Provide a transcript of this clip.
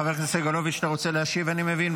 חבר הכנסת סגלוביץ', אתה רוצה להשיב, אני מבין.